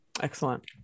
Excellent